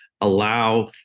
allow